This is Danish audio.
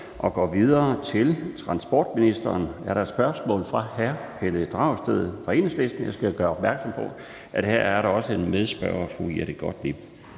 Vi går videre til transportministeren, og der er et spørgsmål fra hr. Pelle Dragsted, Enhedslisten. Jeg skal gøre opmærksom på, at der også er en medspørger, og det er